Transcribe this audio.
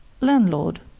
Landlord